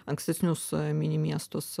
ankstesnius mini miestus